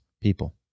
people